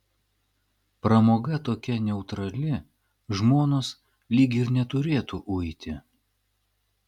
pramoga tokia neutrali žmonos lyg ir neturėtų uiti